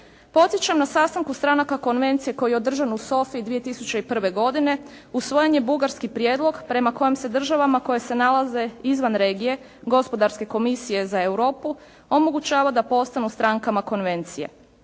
Podsjećam na sastanku stranaka konvencije koji je održan u Sofiji 2001. godine usvojen je bugarski prijedlog prema kojem se državama koje se nalaze izvan regije Gospodarske komisije za Europu omogućava da postanu strankama konvencije.